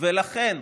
ולכן,